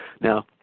Now